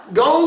go